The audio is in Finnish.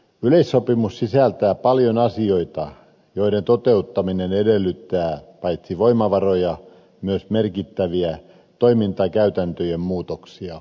yleissopimus sisältää paljon asioita joiden toteuttaminen edellyttää paitsi voimavaroja myös merkittäviä toimintakäytäntöjen muutoksia